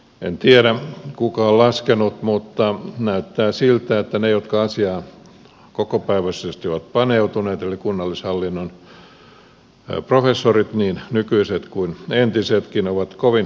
en tiedä kuka on laskenut mutta näyttää siltä että ne jotka asiaan kokopäiväisesti ovat paneutuneet eli kunnallishallinnon professorit niin nykyiset kuin entisetkin ovat kovin pessimistisiä